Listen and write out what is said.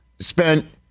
spent